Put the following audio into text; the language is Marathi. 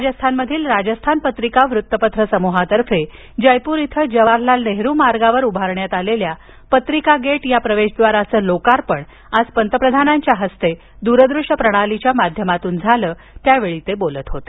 राजस्थानमधील राजस्थान पत्रिका वृत्तपत्र समूहातर्फे जयपूर इथं जवाहरलाल नेहरू मार्गावर उभारण्यात आलेल्या पत्रिका गेट प्रवेशद्वाराचं लोकार्पण आज पंतप्रधानांच्या हस्ते दूरदृश्य प्रणालीच्या माध्यमातून झालं त्यावेळी ते बोलत होते